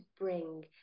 bring